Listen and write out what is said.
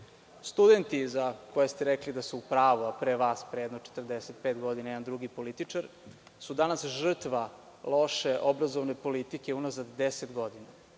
Studenti za koje ste rekli da su u pravu, a pre vas pre jedno 45 godina jedan drugi političar, su danas žrtva loše obrazovne politike unazad deset godina.